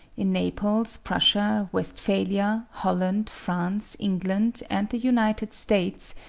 in naples, prussia, westphalia, holland, france, england and the united states,